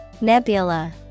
Nebula